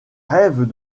rêves